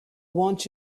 want